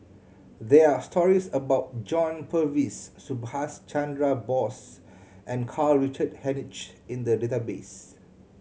there are stories about John Purvis Subhas Chandra Bose and Karl Richard Hanitsch in the database